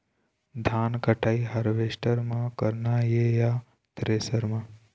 धान कटाई हारवेस्टर म करना ये या थ्रेसर म?